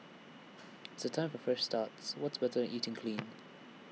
the time for fresh starts what's better than eating clean